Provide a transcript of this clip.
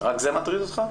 רק זה מטריד אותך?